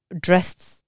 dressed